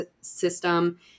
system